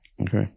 Okay